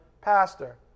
pastor